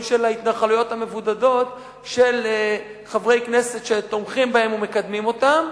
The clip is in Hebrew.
של ההתנחלויות המבודדות של חברי כנסת שתומכים בהן ומקדמים אותן,